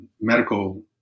medical